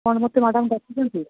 ଆପଣ ମୋତେ ମ୍ୟାଡ଼ମ୍ ଡାକିଛନ୍ତି